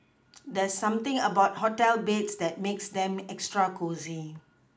there's something about hotel beds that makes them extra cosy